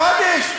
200 שקל בחודש?